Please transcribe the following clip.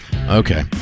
Okay